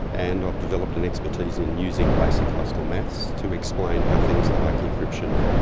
and i've developed an expertise in using basic high school maths to explain how things like encryption,